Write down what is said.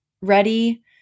ready